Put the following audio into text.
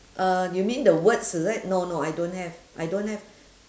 uh you mean the words is it no no I don't have I don't have